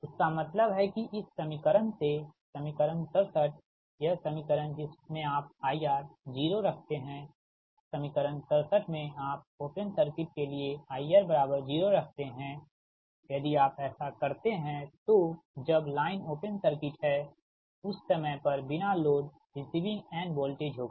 इसका मतलब है कि इस समीकरण से समीकरण 67 यह समीकरण जिसमें आप IR 0 रखते हैं समीकरण 67 में आप ओपन सर्किट के लिए IR बराबर 0 रखते हैं यदि आप ऐसा करते हैं तो जब लाइन ओपन सर्किट है उस समय पर बिना लोड रिसीविंग एंड वोल्टेज होगा